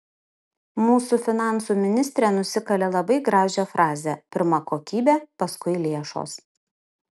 mūsų finansų ministrė nusikalė labai gražią frazę pirma kokybė paskui lėšos